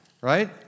right